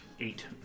Eight